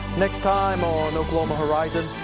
next time on oklahoma horizon,